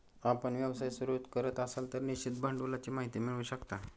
आपण व्यवसाय सुरू करत असाल तर निश्चित भांडवलाची माहिती मिळवू शकता